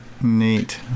Neat